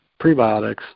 prebiotics